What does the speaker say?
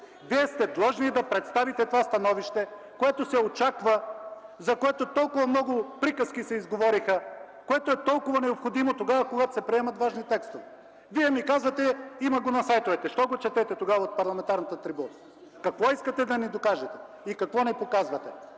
Вие сте длъжни да представите това становище, което се очаква, за което толкова много приказки се изговориха, което е толкова необходимо тогава, когато се приемат важни текстове. Вие ми казвате: има го на сайтовете. Защо го четете тогава от парламентарната трибуна? Какво искате да ни докажете и какво не показвате?